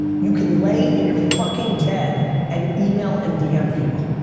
you can lay in your fucking bed and email and dm people.